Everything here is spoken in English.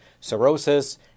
cirrhosis